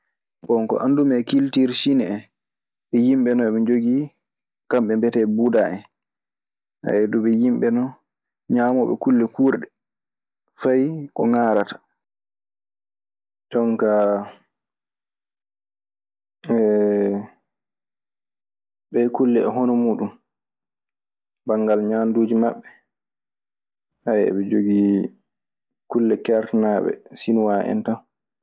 Bon ko anndumi e kiltiir siin en. Yimɓe non eɓe njogii, kamɓe mbiyetee budaa en. Ɓe yimɓe non ñaamooɓe kulle kuurɗe, fay ko ŋaarata. Jonka, ɗee kulle e hono muuɗun, banngal ñamduuji maɓɓe. Haya eɓe njogii kulle kertanaaɗe sinuwa en tan.